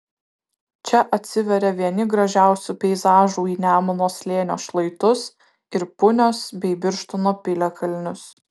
čia atsiveria vieni gražiausių peizažų į nemuno slėnio šlaitus ir punios bei birštono piliakalnius